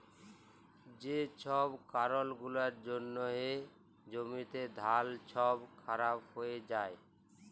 যে ছব কারল গুলার জ্যনহে জ্যমিতে ধাল ছব খারাপ হঁয়ে যায়